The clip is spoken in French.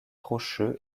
rocheux